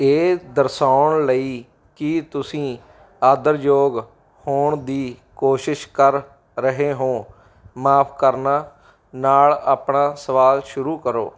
ਇਹ ਦਰਸਾਉਣ ਲਈ ਕੀ ਤੁਸੀਂ ਆਦਰਯੋਗ ਹੋਣ ਦੀ ਕੋਸ਼ਿਸ਼ ਕਰ ਰਹੇ ਹੋ ਮਾਫ਼ ਕਰਨਾ ਨਾਲ ਆਪਣਾ ਸਵਾਲ ਸ਼ੁਰੂ ਕਰੋ